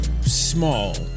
Small